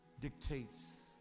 dictates